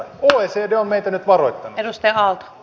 oecd on meitä nyt varoittanut